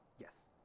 Yes